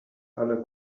alle